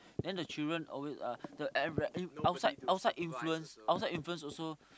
then the children always uh the environment outside outside influence outside influence also